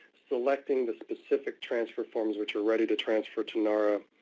selecting the specific transfer forms, which are ready to transfer to nara.